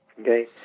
okay